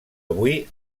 avui